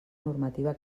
normativa